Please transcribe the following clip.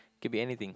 could be anything